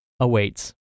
awaits